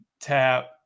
Tap